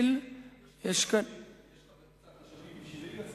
יש לך הקצאת משאבים גם בשבילי לעשות את